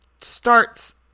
starts